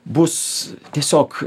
bus tiesiog